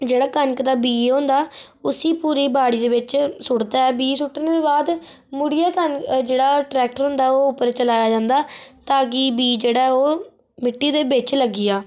जेह्ड़ा कनक दा बीऽ हुंदा उसी पूरी बाड़ी दे बिच्च सुट्टदा बीऽ सुट्टने दे बाद मुड़ियै कम्म जेह्ड़ा टरैक्टर हुंदा ओह् उप्पर चलाया जंदा ताकि बीऽ जेह्ड़ा ओह् मिट्टी दे बिच लग्गी जा